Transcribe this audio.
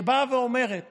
שאומרת